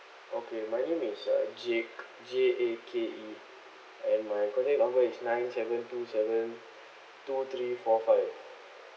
okay my name is uh jake J A K E and my contact number is nine seven two seven two three four five